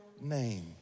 name